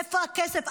איפה הכסף?